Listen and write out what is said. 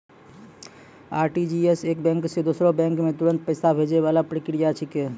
RTGS एक bank से दूसरो बैंक मे तुरंत पैसा भैजै वाला प्रक्रिया छिकै